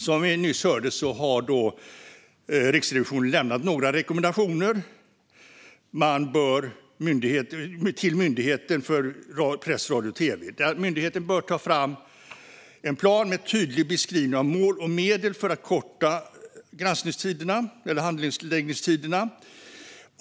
Som vi nyss hörde har Riksrevisionen lämnat några rekommendationer till Myndigheten för press, radio och tv: Myndigheten bör ta fram en plan med en tydlig beskrivning av mål och medel för att korta handläggningstiderna.